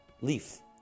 leaf